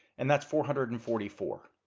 and that's four hundred and forty four.